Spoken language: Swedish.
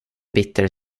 bitter